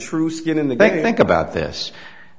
true skin in the bank think about this